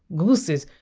goosiz.